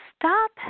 Stop